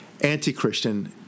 anti-Christian